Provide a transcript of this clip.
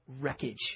wreckage